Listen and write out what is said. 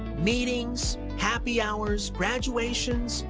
meetings, happy hours, graduations,